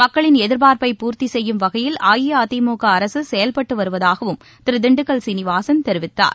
மக்களின் எதிர்பார்பை பூர்த்திசெய்யும் வகையில் அஇஅதிமுக அரசு செயல்பட்டு வருவதாகவும் திரு திண்டுக்கல் சீனிவாசன் தெரிவித்தார்